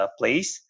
place